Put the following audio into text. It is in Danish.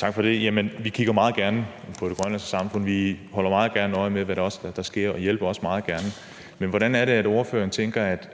Tak for det. Jamen vi kigger meget gerne på det grønlandske samfund, vi holder meget gerne også øje med, hvad der sker, og vi hjælper også meget gerne. Men hvordan tænker ordføreren